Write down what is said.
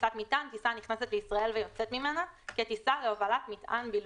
"טיסת מטען" טיסה הנכנסת לישראל ויוצאת ממנה כטיסה להובלת מטען בלבד".